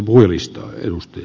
arvoisa puhemies